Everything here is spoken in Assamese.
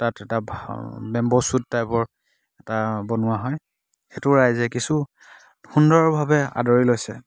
তাত এটা ভা বেম্ব' চুট টাইপৰ এটা বনোৱা হয় সেইটো ৰাইজে কিছু সুন্দৰভাৱে আদৰি লৈছে